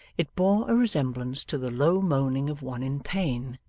it bore a resemblance to the low moaning of one in pain,